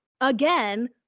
again